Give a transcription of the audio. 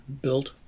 built